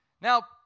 Now